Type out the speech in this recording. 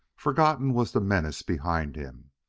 forgotten was the menace behind him,